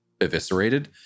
eviscerated